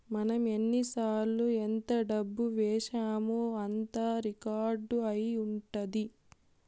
మనం ఎన్నిసార్లు ఎంత డబ్బు వేశామో అంతా రికార్డ్ అయి ఉంటది